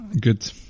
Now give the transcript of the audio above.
Good